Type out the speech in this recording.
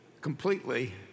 completely